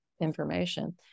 information